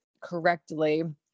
correctly